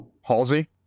Halsey